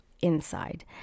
inside